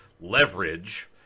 leverage